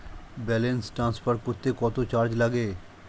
Balance transfer করতে কত charge লাগে?